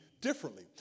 differently